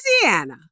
Louisiana